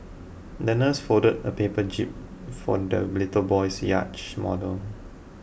the nurse folded a paper jib for the little boy's yacht model